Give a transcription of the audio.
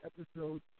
episode